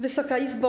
Wysoka Izbo!